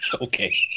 okay